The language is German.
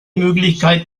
möglichkeit